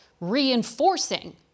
reinforcing